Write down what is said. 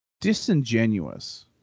disingenuous